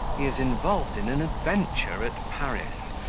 he is involved in an adventure at paris,